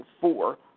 four